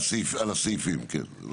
על הסעיפים, כן.